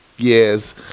Yes